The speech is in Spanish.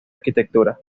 arquitectura